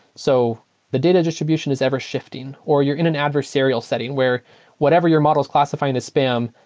so the data distribution is ever shifting or you're in an adversarial setting where whatever your model is classified as spam,